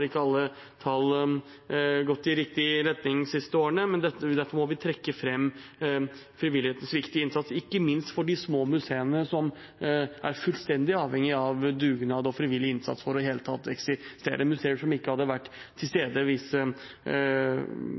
ikke alle tall gått i riktig retning de siste årene. Derfor må vi trekke fram frivillighetens viktige innsats, ikke minst for de små museene som er fullstendig avhengige av dugnad og frivillig innsats for i det hele tatt å eksistere, museer som ikke hadde vært til stede hvis